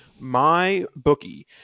MyBookie